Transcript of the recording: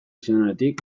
zenionetik